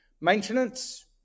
Maintenance